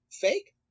fake